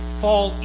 fall